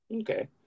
Okay